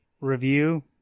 review